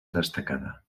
destacada